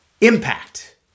impact